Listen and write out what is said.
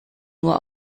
nur